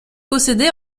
possédait